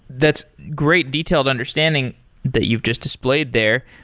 that's great detailed understanding that you've just displayed there.